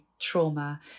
trauma